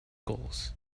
gulls